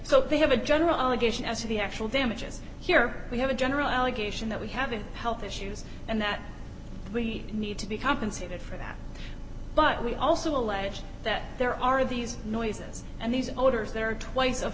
so they have a general allegation as to the actual damages here we have a general allegation that we have a health issues and that we need to be compensated for that but we also allege that there are these noises and these orders that are twice of